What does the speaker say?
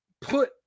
put